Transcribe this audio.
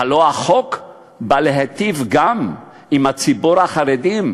והלוא החוק בא להיטיב גם עם ציבור החרדים,